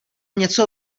něco